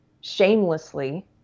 shamelessly